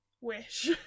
Wish